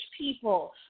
people